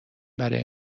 برای